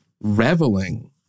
reveling